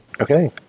Okay